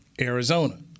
Arizona